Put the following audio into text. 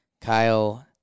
Kyle